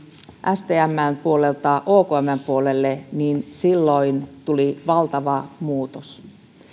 stmn puolelta okmn puolelle niin silloin tuli valtava muutos